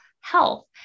health